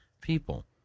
people